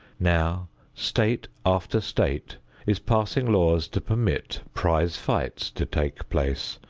now state after state is passing laws to permit prize fights to take place,